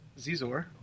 Zizor